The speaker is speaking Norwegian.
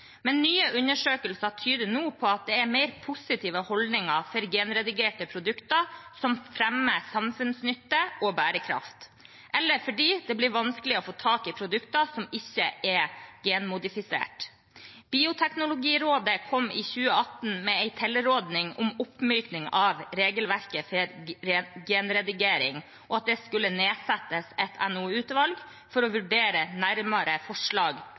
Men nye undersøkelser tyder nå på at det er mer positive holdninger til genredigerte produkter som fremmer samfunnsnytte og bærekraft, eller fordi det blir vanskelig å få tak i produkter som ikke er genmodifiserte. Bioteknologirådet kom i 2018 med en tilråding om oppmykning av regelverket for genredigering, og at det skulle nedsettes et NOU-utvalg for å vurdere nærmere forslag